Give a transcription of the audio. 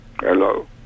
Hello